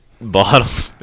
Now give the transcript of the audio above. bottle